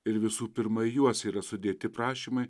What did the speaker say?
ir visų pirma į juos yra sudėti prašymai